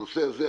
הנושא הזה,